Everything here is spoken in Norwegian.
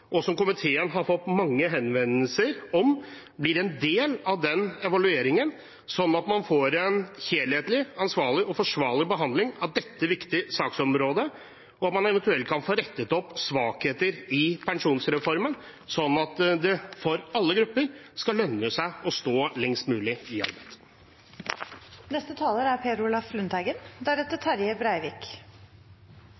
og som komiteen har fått mange henvendelser om, blir en del av evalueringen, slik at man får en helhetlig, ansvarlig og forsvarlig behandling av dette viktige saksområdet, og at man eventuelt kan få rettet opp svakheter i pensjonsreformen, slik at det skal lønne seg å stå lengst mulig i